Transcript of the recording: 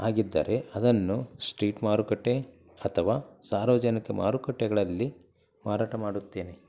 ಆಗಿದ್ದರೆ ಅದನ್ನು ಸ್ಟ್ರೀಟ್ ಮಾರುಕಟ್ಟೆ ಅಥವಾ ಸಾರ್ವಜನಿಕ ಮಾರುಕಟ್ಟೆಗಳಲ್ಲಿ ಮಾರಾಟ ಮಾಡುತ್ತೇನೆ